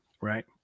Right